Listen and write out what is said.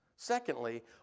Secondly